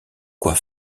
quoi